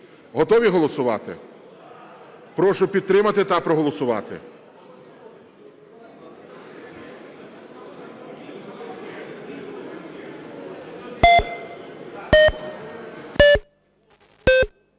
Готові голосувати? Прошу підтримати та проголосувати.